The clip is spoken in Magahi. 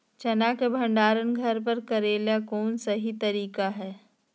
चना के भंडारण घर पर करेले कौन सही तरीका है?